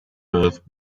earth